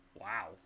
Wow